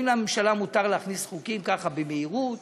אם לממשלה מותר להכניס חוקים ככה במהירות,